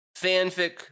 fanfic